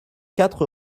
quatre